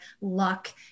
luck